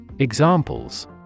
Examples